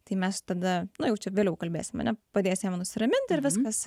tai mes tada nu jau čia vėliau kalbėsim ane padėsi jam nusiraminti ir viskas